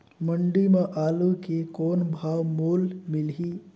मंडी म आलू के कौन भाव मोल मिलही?